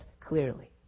clearly